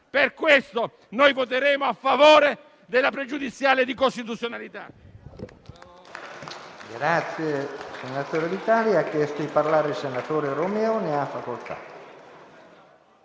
Per questo noi voteremo a favore della pregiudiziale di costituzionalità.